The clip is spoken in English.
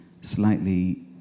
slightly